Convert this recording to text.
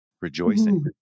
rejoicing